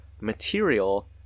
material